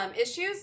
issues